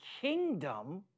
kingdom